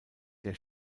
der